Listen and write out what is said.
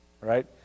Right